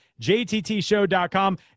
JTTshow.com